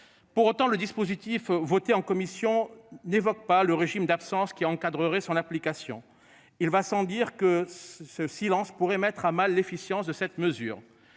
Pour autant, le dispositif voté en commission n'évoque pas le régime d'absence qui encadrerait son application. Il va sans dire que ce silence pourrait mettre à mal l'efficience de cette mesure.